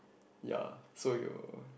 ya so you